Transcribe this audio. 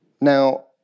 Now